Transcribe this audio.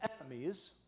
enemies